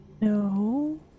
No